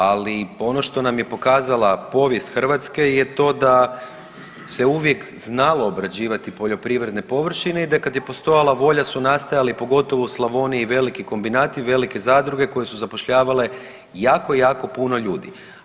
Ali ono što nam je pokazala povijest Hrvatske je to da se uvijek znalo obrađivati poljoprivredne površine i da kad je postojala volja su nastajali pogotovo u Slavoniji veliki kombinati, velike zadruge koje su zapošljavale jako, jako puno ljudi.